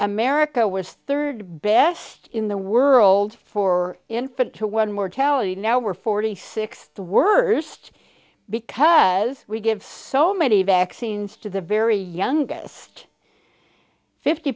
america was third best in the world for infant to one mortality now we're forty six the worst because we give so many vaccines to the very youngest fifty